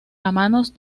manos